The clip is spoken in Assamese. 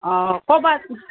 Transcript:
অঁ ক'বাত